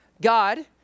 God